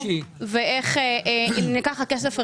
ואיך יילקח הכסף בחזרה.